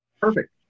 Perfect